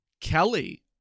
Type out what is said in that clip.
Kelly